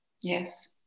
Yes